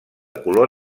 color